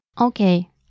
Okay